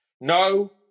No